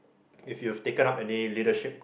if you've taken up any leadership